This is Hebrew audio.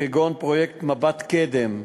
כגון פרויקט "מבט קדם",